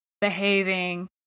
behaving